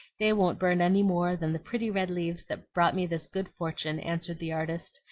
they won't burn any more than the pretty red leaves that brought me this good fortune, answered the artist,